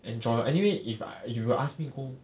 enjoy anyway if I if you ask me go